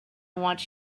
want